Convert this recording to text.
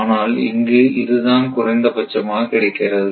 ஆனால் இங்கு இதுதான் குறைந்தபட்சமாக கிடைக்கிறது